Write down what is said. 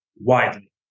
widely